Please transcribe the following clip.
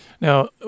Now